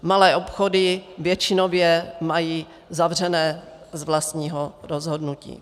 Malé obchody většinově mají zavřeno z vlastního rozhodnutí.